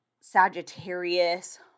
Sagittarius